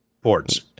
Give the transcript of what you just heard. Ports